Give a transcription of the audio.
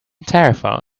tarifa